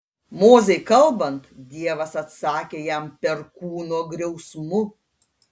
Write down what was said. mozei kalbant dievas atsakė jam perkūno griausmu